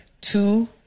Two